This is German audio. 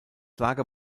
lager